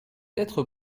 être